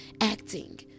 acting